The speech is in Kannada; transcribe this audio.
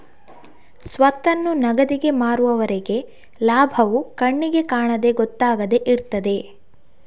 ಸ್ವತ್ತನ್ನು ನಗದಿಗೆ ಮಾರುವವರೆಗೆ ಲಾಭವು ಕಣ್ಣಿಗೆ ಕಾಣದೆ ಗೊತ್ತಾಗದೆ ಇರ್ತದೆ